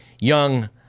young